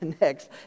next